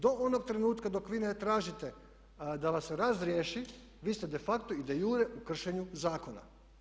Do onog trenutka dok vi ne tražite da vas se razriješi vi ste de facto i de iure u kršenju zakona.